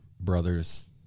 brothers